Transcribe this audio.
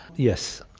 yes.